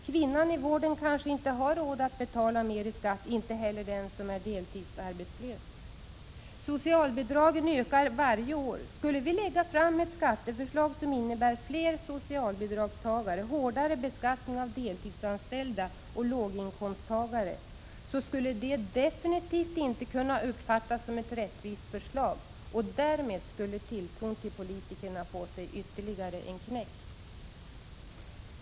Kvinnan i vården kanske inte har råd att betala mer i skatt, inte heller den som är deltidsarbetslös. Socialbidragen ökar varje år. Skulle vi lägga fram ett skatteförslag som innebär fler socialbidragstagare, hårdare beskattning av deltidsanställda och låginkomsttagare, så skulle det definitivt inte kunna uppfattas som ett rättvist förslag, och därmed skulle tilltron till politikerna få sig ytterligare en knäck.